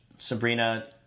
Sabrina